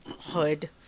hood